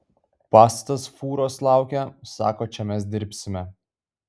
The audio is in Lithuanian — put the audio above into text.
pastatas fūros laukia sako čia mes dirbsime